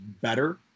better